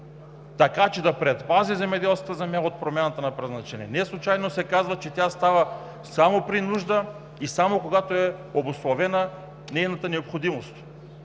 така че да предпази земеделската земя от промяната на предназначение. Неслучайно се казва, че тя става само при нужда и само когато е обусловена нейната необходимост.